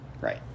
Right